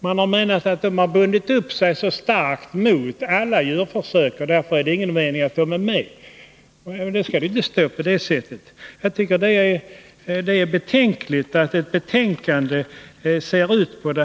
Det har ansetts att samfundet har bundit upp sig så starkt mot alla djurförsök att det inte är någon mening med att samfundet deltar i denna verksamhet. Men då skall man inte skriva på det här viset. Jag tycker att det är märkligt att ett betänkande ser ut så här.